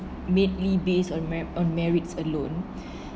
mainly based on mer~ on merits alone